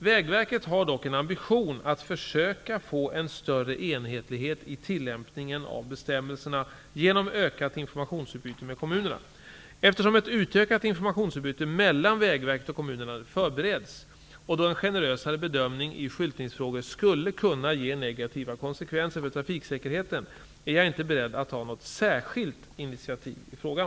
Vägverket har dock en ambition att försöka få en större enhetlighet i tillämpningen av bestämmelserna genom ökat informationsutbyte med kommunerna. Vägverket och kommunerna förbereds och då en generösare bedömning i skyltningsfrågor skulle kunna ge negativa konsekvenser för trafiksäkerheten är jag inte beredd att ta något särskilt initiativ i frågan.